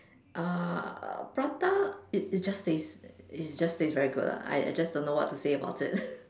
uh prata it is just taste is just taste very good lah I just don't know what to say about it